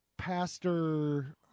pastor